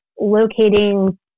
locating